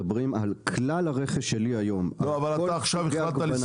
כלל הרכש שלי היום, על כל סוגיית